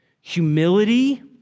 humility